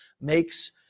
makes